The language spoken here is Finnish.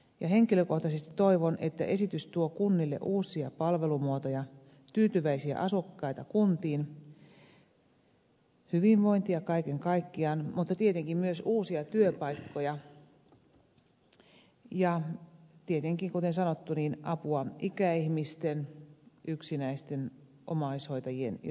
henkilökohtaisesti toivon että esitys tuo kunnille uusia palvelumuotoja tyytyväisiä asukkaita kuntiin hyvinvointia kaiken kaikkiaan mutta tietenkin myös uusia työpaikkoja ja tietenkin kuten sanottu apua ikäihmisten yksinäisten omaishoitajien ja sotaveteraanien arkeen